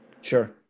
sure